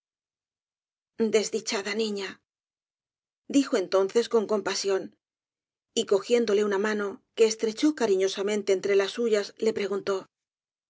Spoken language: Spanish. desdichada niña dijo entonces con compasión y cogiéndole una mano que estrechó cariñosamente entre las suyas le preguntó